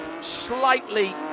slightly